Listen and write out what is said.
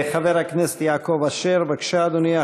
חבר הכנסת יעקב אשר, בבקשה, אדוני.